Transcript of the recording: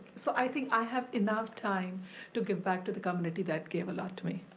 so i think i have enough time to give back to the community that gave a lot to me.